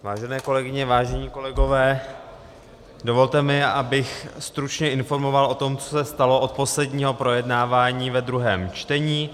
Vážené kolegyně, vážení kolegové, dovolte mi, abych stručně informoval o tom, co se stalo od posledního projednávání ve druhém čtení.